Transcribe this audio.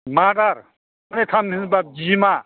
मादार थामहिनबा बिमा